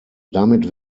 damit